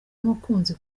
umukunzi